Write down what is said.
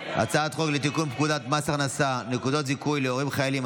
לתיקון פקודת מס הכנסה (נקודות זיכוי להורי חיילים),